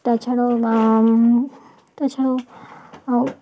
তাছাড়ও তাছাড়াও